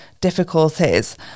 difficulties